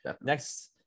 Next